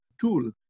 tool